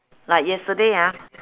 like yesterday ah